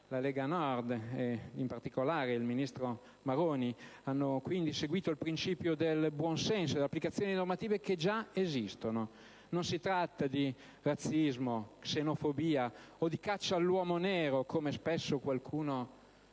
La Lega Nord, e in particolare il ministro Maroni, ha quindi seguito il principio del buonsenso, dando applicazione a normative che già esistono. Non si tratta di razzismo, xenofobia o di caccia all'uomo nero, come spesso qualcuno -